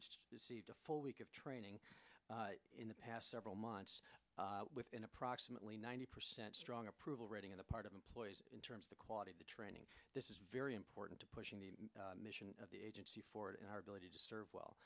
ged deceived a full week of training in the past several months within approximately ninety percent strong approval rating on the part of employees in terms of the quality of the training this is very important to pushing the mission of the agency forward in our ability to serve well